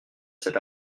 cet